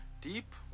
Deep